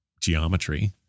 geometry